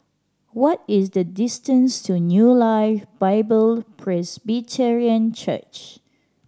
what is the distance to New Life Bible Presbyterian Church